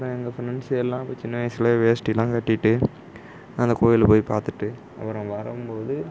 அப்புறம் எங்கள் ஃப்ரெண்ட்ஸ் எல்லாம் அப்போ சின்ன வயசில் வேஸ்ட்டி எல்லாம் கட்டிகிட்டு அந்த கோவில போய் பார்த்துட்டு அப்புறம் வரும் போது